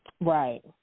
Right